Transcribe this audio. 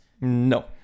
no